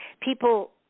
people